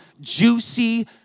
juicy